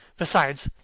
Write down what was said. besides,